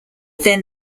then